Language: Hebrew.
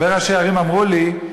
הרבה ראשי ערים אמרו לי: